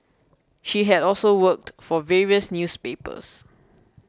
she had also worked for various newspapers